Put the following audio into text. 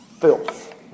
Filth